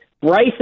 Bryson